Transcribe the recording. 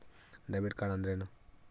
Debit card ಅಂದ್ರೇನು?